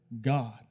God